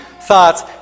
thoughts